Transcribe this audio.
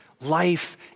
life